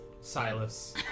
Silas